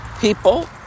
people